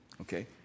Okay